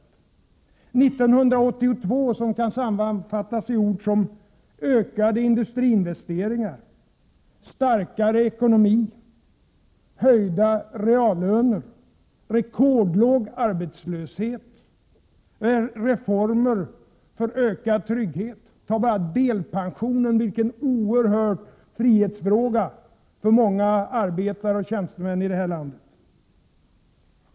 Perioden 1982-1988 kan sammanfattas i ord som ökade industriinvesteringar, starkare ekonomi, höjda reallöner, rekordlåg arbetslöshet och reformer för ökad trygghet — ta bara delpensionen, vilken oerhörd frihetsfråga för många arbetare och tjänstemän i det här landet!